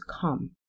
come